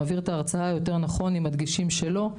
מעביר את ההרצאה נכון יותר עם הדגשים שלו,